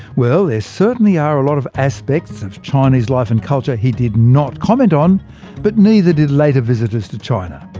well there certainly are a lot of aspects of chinese life and culture he did not comment on but neither did later visitors to china.